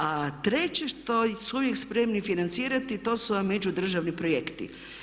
A treće što su uvijek spremni financirati to su vam međudržavni projekti.